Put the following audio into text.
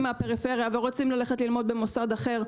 מהפריפריה ורוצים ללכת ללמוד במוסד אחר,